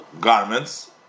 garments